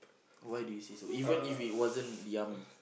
why do you say so even if it wasn't the army